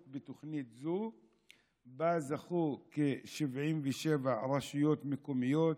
בתוכנית זו וזכו בה 77 רשויות מקומיות,